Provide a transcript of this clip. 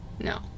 No